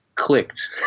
clicked